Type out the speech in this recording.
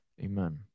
Amen